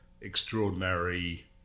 extraordinary